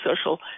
social